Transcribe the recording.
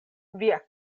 via